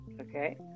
Okay